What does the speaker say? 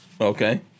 Okay